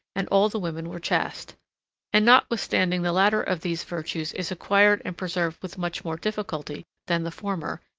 and all the women were chaste and notwithstanding the latter of these virtues is acquired and preserved with much more difficulty than the former,